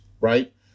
right